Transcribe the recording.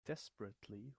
desperately